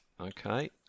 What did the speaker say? Okay